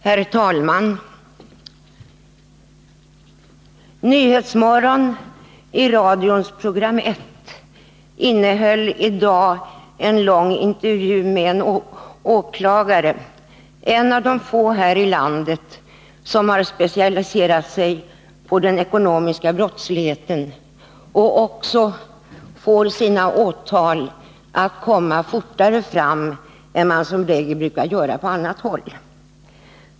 Herr talman! Nyhetsmorgon i radions program 1 innehöll i dag en lång intervju med en åklagare, en av de få här i landet som har specialiserat sig på den ekonomiska brottsligheten och som också får sina åtal att komma fortare fram än man som regel brukar göra på annat håll.